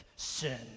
sin